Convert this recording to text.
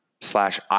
slash